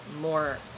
more